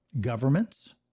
governments